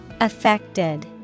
Affected